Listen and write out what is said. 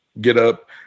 getup